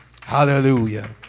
Hallelujah